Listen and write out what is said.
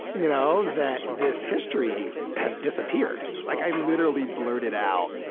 you know, that this history has disappeared. like, i literally blurted out,